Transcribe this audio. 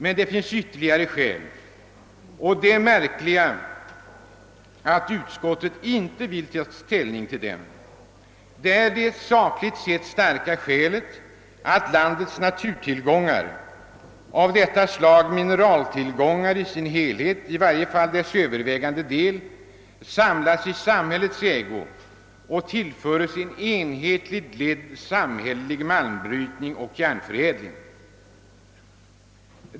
Men det finns ytterligare skäl, och det är märkligt att utskottet inte vill ta ställning till dem. Jag tänker bl.a. på det sakligt sett starka skälet att landets naturtillgångar av mineralier i sin helhet eller i varje fall till övervägande del bör samlas i samhällets ägo och tillföras en enhetligt ledd samhällelig malmbrytning och järnförädling.